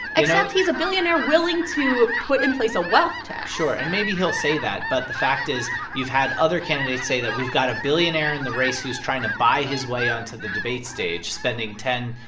except he's a billionaire willing to put in place a wealth tax sure. and maybe he'll say that. but the fact is you've had other candidates say that we've got a billionaire in the race who's trying to buy his way onto the debate stage, spending zero